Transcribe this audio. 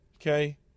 okay